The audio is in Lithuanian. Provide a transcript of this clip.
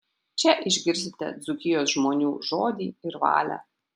čia išgirsite dzūkijos žmonių žodį ir valią